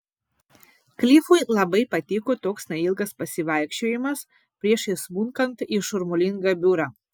klifui labai patiko toks neilgas pasivaikščiojimas prieš įsmunkant į šurmulingą biurą